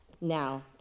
Now